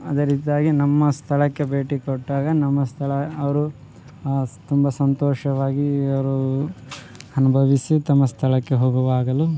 ಅದೇ ರೀತಿಯಾಗಿ ನಮ್ಮ ಸ್ಥಳಕ್ಕೆ ಭೇಟಿ ಕೊಟ್ಟಾಗ ನಮ್ಮ ಸ್ಥಳ ಅವರು ತುಂಬ ಸಂತೋಷವಾಗಿ ಅವರು ಅನುಭವಿಸಿ ತಮ್ಮ ಸ್ಥಳಕ್ಕೆ ಹೋಗುವಾಗಲೂ